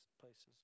places